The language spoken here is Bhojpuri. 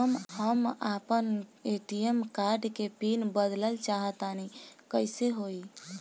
हम आपन ए.टी.एम कार्ड के पीन बदलल चाहऽ तनि कइसे होई?